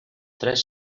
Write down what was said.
tres